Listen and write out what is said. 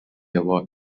award